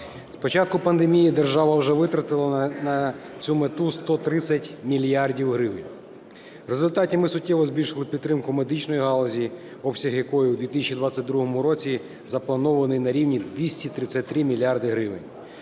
початку пандемії держава вже витратила на цю мету 130 мільярдів гривень. В результаті ми суттєво збільшили підтримку медичної галузі, обсяг якої в 2022 році запланований на рівні 233 мільярди гривень.